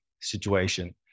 situation